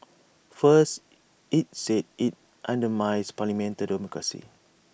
first IT said IT undermines parliamentary democracy